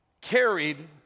carried